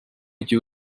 gihe